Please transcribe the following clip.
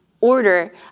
order